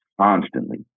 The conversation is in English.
constantly